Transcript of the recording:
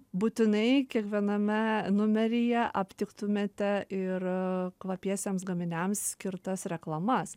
būtinai kiekviename numeryje aptiktumėte ir kvapiesiems gaminiams skirtas reklamas